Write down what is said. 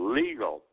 legal